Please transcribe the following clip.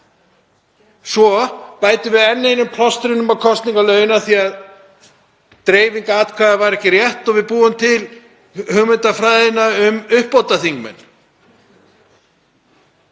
Svo bættum við enn einum plástrinum á kosningalögin af því að dreifing atkvæða var ekki rétt og við bjuggum til hugmyndafræðina um uppbótarþingmenn.